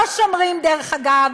לא שומרים, דרך אגב,